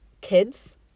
kids